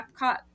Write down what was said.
Epcot